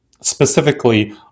specifically